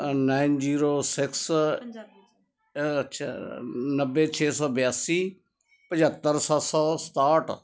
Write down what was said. nine zero six ਅ ਅੱਛਿਆ ਨੱਬੇ ਛੇ ਸੋ ਬਿਆਸੀ ਪਝੱਤਰ ਸੱਤ ਸੌ ਸਤਾਹਟ